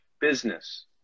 Business